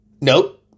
Nope